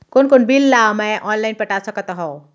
कोन कोन बिल ला मैं ऑनलाइन पटा सकत हव?